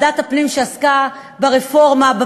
ועדת הפנים שעסקה ברפורמה,